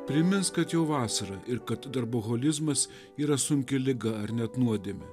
primins kad jau vasara ir kad darboholizmas yra sunki liga ar net nuodėmė